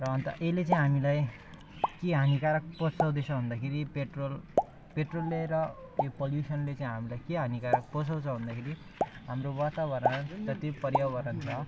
र अन्त यसले चाहिँ हामीलाई के हानिकारक पहुचाउँदैछ भन्दाखेरि पेट्रोल पेट्रोलले र यो पोल्युसनले चाहिँ हामीलाई के हानिरकारक पहुँचाउँछ भन्दाखेरि हाम्रो वातावरण जति पर्यावरण छ